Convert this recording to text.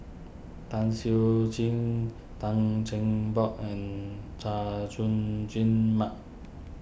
Tan Siew Sin Tan Cheng Bock and Chay Jung Jun Mark